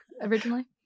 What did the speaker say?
originally